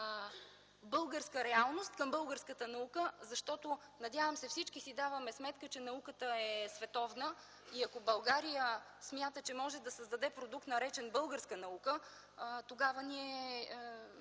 българска реалност към българската наука. Надявам се всички си даваме сметка, че науката е световна и ако България смята, че може да създаде продукт, наречен „българска наука”, мисля, че